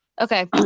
Okay